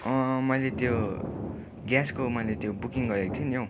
मैले त्यो ग्यासको मैले त्यो बुकिङ गरेको थिएँ नि हौ